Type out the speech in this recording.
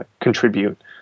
contribute